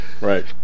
Right